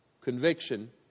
conviction